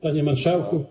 Panie Marszałku!